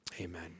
amen